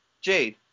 Jade